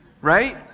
right